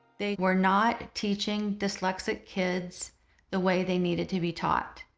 they were not teaching dyslexic kids the way they needed to be taught.